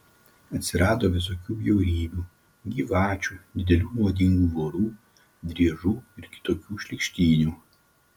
atsirado visokių bjaurybių gyvačių didelių nuodingų vorų driežų ir kitokių šlykštynių